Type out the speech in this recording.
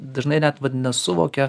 dažnai net vat suvokia